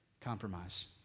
Compromise